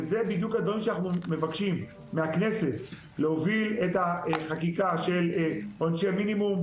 אנחנו מבקשים מהכנסת להוביל את החקיקה לגבי עונשי מינימום,